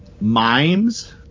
mimes